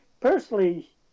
Personally